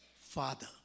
father